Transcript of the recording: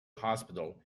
hospital